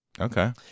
Okay